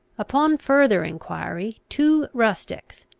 upon further enquiry two rustics,